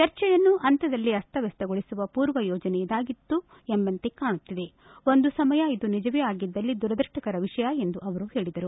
ಚರ್ಚೆಯನ್ನು ಅಂತ್ಯದಲ್ಲಿ ಅಸ್ತವ್ಯಕ್ತಗೊಳಿಸುವ ಪೂರ್ವ ಯೋಜನೆ ಇದಾಗಿತ್ತು ಎಂಬಂತೆ ಕಾಣುತ್ತಿದೆ ಒಂದು ಸಮಯ ಇದು ನಿಜವೇ ಆಗಿದ್ದಲ್ಲಿ ದುರದೃಷ್ಟಕರ ವಿಷಯ ಎಂದು ಅವರು ಹೇಳಿದರು